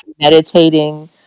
meditating